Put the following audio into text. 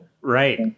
Right